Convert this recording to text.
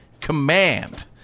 Command